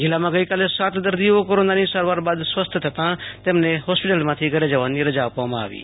જીલ્લામાં ગઈકાલે સાત દર્દીઓ કોરોનાની સારવાર બાદ સ્વસ્થ થતા તેમને હોસ્પિટલમાંથી ઘરે જવાની રાજા આપવામાં આવી હતી